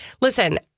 Listen